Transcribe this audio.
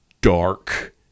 dark